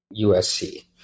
USC